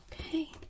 okay